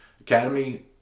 academy